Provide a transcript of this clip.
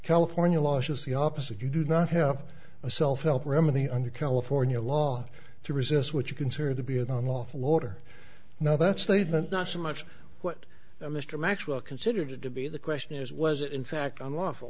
california law says the opposite you do not have a self help remedy under california law to resist what you consider to be an unlawful order now that statement not so much what mr maxwell considered to be the question is was in fact on lawful